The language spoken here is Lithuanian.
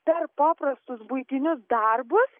per paprastus buitinius darbus